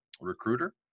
recruiter